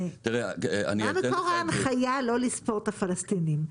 מה מקור ההנחיה לא לספור את הפלסטינים?